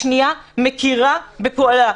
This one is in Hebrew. -- מכירה בפועלה.